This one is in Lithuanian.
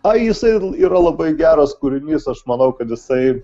o jisai yra labai geras kūrinys aš manau kad jisai